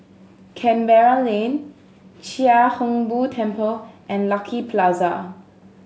Canberra Lane Chia Hung Boo Temple and Lucky Plaza